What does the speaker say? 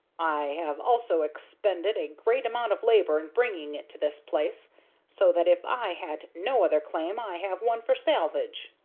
i have also expended a great amount of labor in bringing it to this place so that if i had no other claim i have one for salvage.